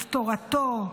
את תורתו,